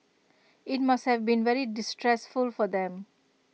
IT must have been very distressful for them